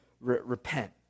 repent